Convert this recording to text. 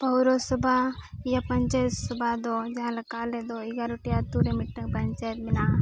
ᱯᱳᱣᱨᱚᱥᱚᱵᱷᱟ ᱭᱟ ᱯᱟᱧᱪᱟᱭᱮᱛ ᱥᱚᱵᱷᱟᱫᱚ ᱡᱟᱦᱟᱸᱞᱮᱠᱟ ᱟᱞᱮᱫᱚ ᱮᱜᱟᱨᱚᱴᱤ ᱟᱹᱛᱩᱨᱮ ᱢᱤᱫᱴᱟᱝ ᱯᱟᱧᱪᱟᱭᱮᱛ ᱢᱮᱱᱟᱜᱼᱟ